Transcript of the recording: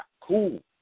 cool